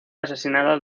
asesinada